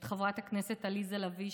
את חברת הכנסת עליזה לביא,